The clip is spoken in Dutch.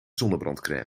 zonnebrandcrème